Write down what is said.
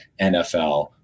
NFL